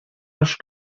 âge